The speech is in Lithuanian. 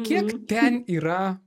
kiek ten yra